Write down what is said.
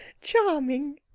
Charming